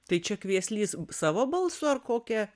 tai čia kvieslys savo balsu ar kokia